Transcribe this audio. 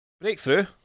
Breakthrough